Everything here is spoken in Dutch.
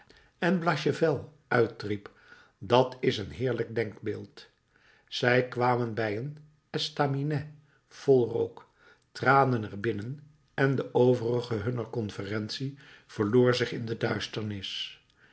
en blachevelle uitriep dat is een heerlijk denkbeeld zij kwamen bij een estaminet vol rook traden er binnen en het overige hunner conferentie verloor zich in de duisternis